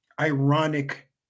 ironic